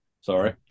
Sorry